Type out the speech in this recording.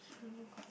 here got